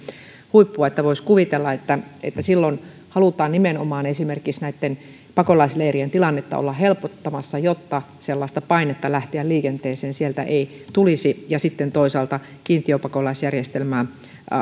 huippu voisi kuvitella että silloin halutaan nimenomaan esimerkiksi näitten pakolaisleirien tilannetta olla helpottamassa jotta sellaista painetta lähteä liikenteeseen ei sieltä tulisi ja sitten toisaalta kiintiöpakolaisjärjestelmää